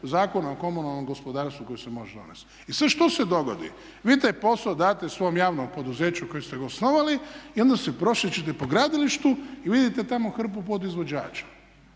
Zakona o komunalnom gospodarstvu koji se može donesti. I sad što se dogodi? Vi taj posao date svom javnom poduzeću kojega ste osnovali i onda se prošećete po gradilištu i vidite tamo hrpu podizvođača.